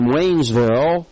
Waynesville